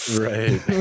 right